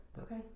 Okay